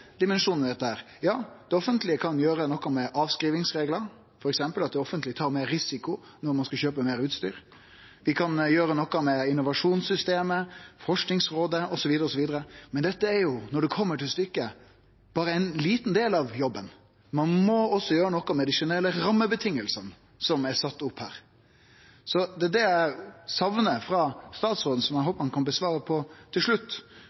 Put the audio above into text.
dimensjonen i dette. Ja, det offentlege kan gjere noko med avskrivingsreglar, f.eks. at det offentlege tar meir risiko når ein skal kjøpe meir utstyr. Vi kan gjere noko med innovasjonssystemet, Forskingsrådet osv., men dette er jo, når det kjem til stykket, berre ein liten del av jobben. Ein må også gjere noko med dei generelle rammevilkåra som er sett opp her. Det er det eg saknar frå statsråden, som eg håper han kan svare på til slutt: